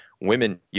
Women